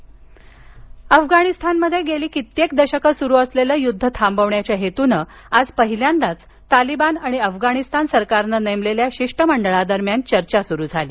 अफगाण चर्चा अफगाणिस्तानमध्ये गेली कित्येक दशकं सुरू असलेलं युद्ध थांबवण्याच्या हेतूनं आज पहिल्यांदाच तालिबान आणि अफगाणिस्तान सरकारनं नेमलेल्या शिष्टमंडळा दरम्यान चर्चा सुरू झाली